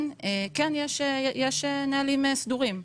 כן יש נהלים סדורים,